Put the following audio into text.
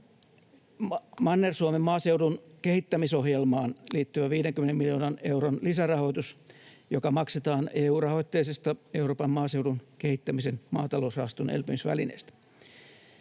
Manner-Suomen maaseudun kehittämisohjelmaan liittyvä 50 miljoonan euron lisärahoitus, joka maksetaan EU-rahoitteisesta Euroopan maaseudun kehittämisen maatalousrahaston elpymisvälineestä.